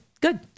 good